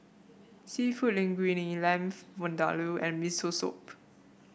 seafood Linguine Lamb Vindaloo and Miso Soup